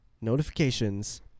notifications